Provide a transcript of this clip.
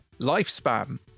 Lifespan